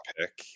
pick